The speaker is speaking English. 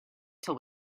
till